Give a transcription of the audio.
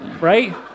right